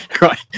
right